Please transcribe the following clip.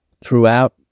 throughout